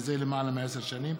מזה למעלה מעשר שנים,